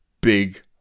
big